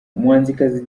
umuhanzikazi